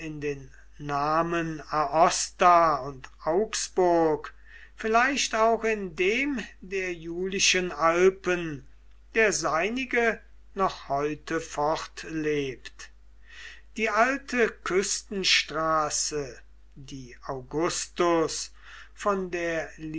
den namen aosta und augsburg vielleicht auch in dem der julischen alpen der seinige noch heute fortlebt die alte küstenstraße die augustus von der